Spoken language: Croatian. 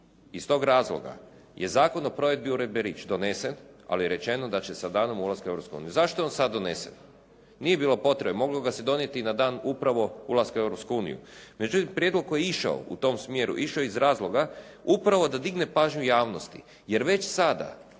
Iz tog razloga je Zakon o provedbi uredbe Rich donesen, ali je rečeno da će sa danom ulaska u Europsku uniju… Zašto je on sad donesen? Nije bilo potrebe, moglo ga se donijeti na dan upravo ulaska u Europsku uniju. Međutim, prijedlog koji je išao u tom smjeru išao je iz razloga upravo da digne pažnju javnosti jer već sada,